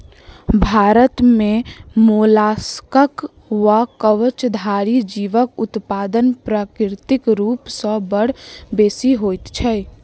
भारत मे मोलास्कक वा कवचधारी जीवक उत्पादन प्राकृतिक रूप सॅ बड़ बेसि होइत छै